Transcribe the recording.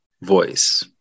voice